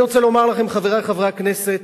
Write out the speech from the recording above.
אני רוצה לומר לכם, חברי חברי הכנסת,